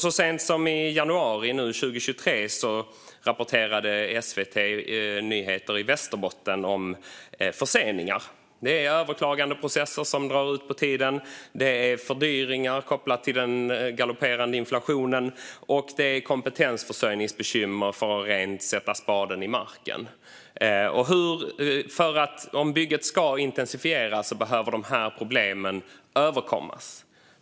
Så sent som i januari 2023 rapporterade SVT Nyheter i Västerbotten om förseningar. Det handlar om överklagandeprocesser som drar ut på tiden, fördyringar som är kopplade till den galopperande inflationen och kompetensförsörjningsbekymmer som hindrar att spaden sätts i marken. Om bygget ska intensifieras behöver dessa problem överkommas.